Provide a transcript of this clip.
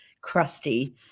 crusty